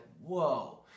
whoa